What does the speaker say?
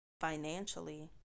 financially